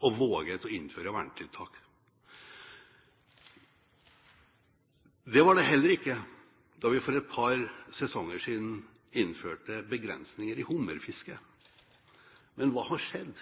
og har våget å innføre vernetiltak. Slik var det heller ikke da vi for et par sesonger siden innførte begrensninger i hummerfisket. Men hva har skjedd?